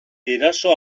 eraso